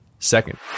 Second